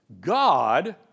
God